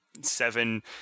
seven